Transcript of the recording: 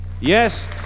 Yes